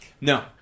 No